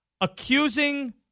accusing